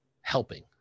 helping